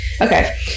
Okay